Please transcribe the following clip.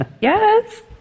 Yes